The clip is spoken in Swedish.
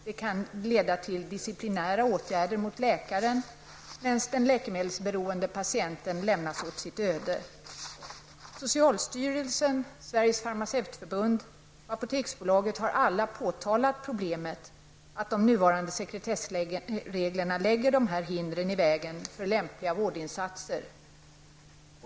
Det kan leda till disciplinära åtgärder, till kritik mot läkaren, medan den läkemedelsberoende patienten lämnas åt sitt öde. Från socialstyrelsen, Sveriges farmaceutförbund och Apoteksbolaget har man påtalat problemet med att de nuvarande sekretessreglerna lägger hinder i vägen för lämpliga vårdinsatser.